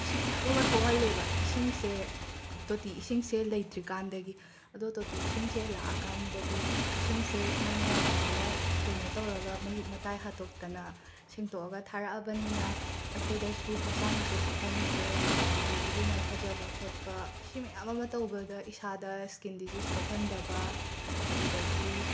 ꯁꯤ ꯃꯌꯥꯝ ꯑꯃ ꯊꯣꯛꯍꯜꯂꯦꯕ ꯏꯁꯤꯡꯁꯦ ꯇꯣꯇꯤ ꯏꯁꯤꯡꯁꯦ ꯂꯩꯇ꯭ꯔꯤꯀꯥꯟꯗꯒꯤ ꯑꯗꯣ ꯇꯣꯇꯤ ꯏꯁꯤꯡꯁꯦ ꯂꯥꯛꯑꯀꯥꯟꯗꯗꯤ ꯏꯁꯤꯡꯁꯦ ꯃꯣꯏꯅ ꯐꯖꯅ ꯀꯩꯅꯣ ꯇꯧꯔꯒ ꯃꯍꯤꯛ ꯃꯇꯥꯏ ꯍꯇꯣꯛꯇꯅ ꯁꯦꯡꯗꯣꯛꯑꯒ ꯊꯥꯔꯛꯑꯕꯅꯤꯅ ꯑꯩꯈꯣꯏꯗꯁꯨ ꯍꯛꯆꯥꯡꯗꯁꯨ ꯁꯣꯛꯍꯟꯗ꯭ꯔꯦ ꯑꯗꯒꯤꯗꯤ ꯏꯔꯨ ꯃꯥꯏꯊꯖꯕ ꯈꯣꯠꯄ ꯁꯤ ꯃꯌꯥꯝ ꯑꯃ ꯇꯧꯕꯗ ꯏꯁꯥꯗ ꯁ꯭ꯀꯤꯟ ꯗꯤꯖꯤꯖ ꯄꯣꯛꯍꯟꯗꯕ ꯑꯗꯨꯗꯒꯤ